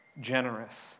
generous